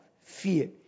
fear